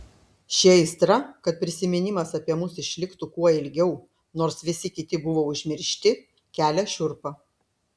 ši aistra kad prisiminimas apie mus išliktų kuo ilgiau nors visi kiti buvo užmiršti kelia šiurpą